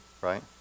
right